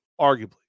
Arguably